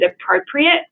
appropriate